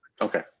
okay